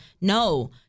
No